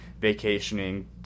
vacationing